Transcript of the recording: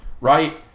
right